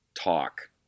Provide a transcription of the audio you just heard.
talk